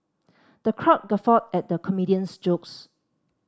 the crowd guffawed at the comedian's jokes